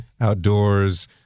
outdoors